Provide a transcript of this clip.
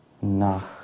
nach